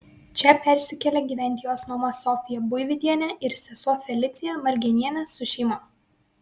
čia persikėlė gyventi jos mama sofija buividienė ir sesuo felicija margenienė su šeima